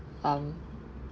um